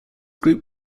group